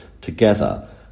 together